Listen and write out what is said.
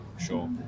Sure